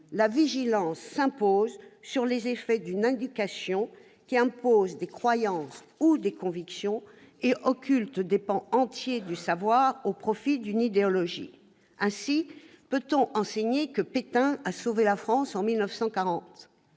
La vigilance s'impose sur les effets d'une éducation qui impose des croyances ou des convictions et occulte des pans entiers du savoir au profit d'une idéologie ». Ainsi, peut-on enseigner que Pétain a sauvé la France en 1940 ?